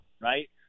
right